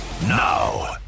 now